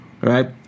right